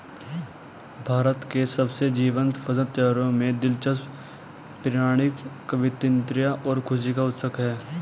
भारत के सबसे जीवंत फसल त्योहारों में दिलचस्प पौराणिक किंवदंतियां और खुशी के उत्सव है